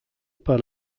par